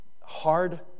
hard